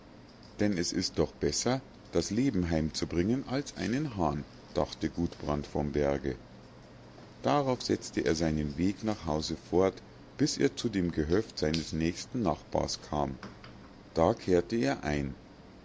denn es ist doch besser das leben heimzubringen als einen hahn dachte gudbrand vom berge darauf setzte er seinen weg nach hause fort bis er zu dem gehöft seines nächsten nachbars kam da kehrte er ein